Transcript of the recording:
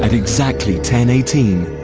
and exactly ten eighteen,